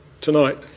tonight